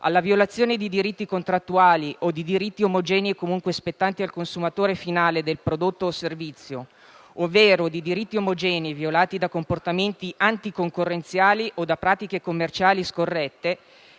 «alla violazione di diritti contrattuali o di diritti omogenei comunque spettanti al consumatore finale del prodotto o servizio, ovvero di diritti omogenei violati da comportamenti anticoncorrenziali, o da pratiche commerciali scorrette»,